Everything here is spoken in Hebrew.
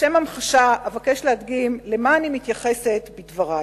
לשם המחשה, אבקש להדגים למה אני מתייחסת בדברי.